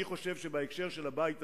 בקשר לבית הזה,